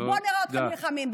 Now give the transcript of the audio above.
בואו נראה אתכם נלחמים.